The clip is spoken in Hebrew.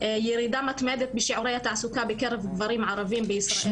ירידה מתמדת בשיעורי התעסוקה בקרב גברים ערבים בישראל- -- אפשר לשאול?